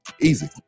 Easy